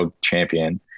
champion